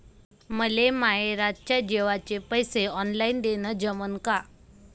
मले माये रातच्या जेवाचे पैसे ऑनलाईन देणं जमन का?